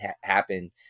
happen